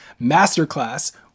masterclass